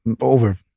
over